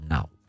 Now